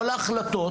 כל ההחלטות,